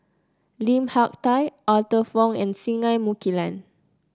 Lim Hak Tai Arthur Fong and Singai Mukilan